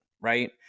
right